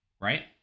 right